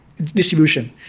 Distribution